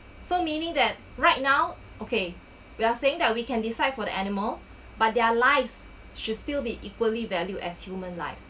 so meaning that right now okay we're saying that we can decide for the animal but their lives should still be equally valued as human's live